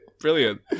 Brilliant